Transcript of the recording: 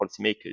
policymakers